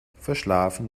verschlafen